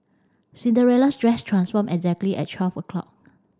cinderella's dress transformed exactly at twelve o''clock